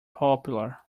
popular